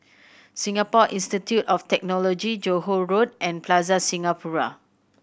Singapore Institute of Technology Johore Road and Plaza Singapura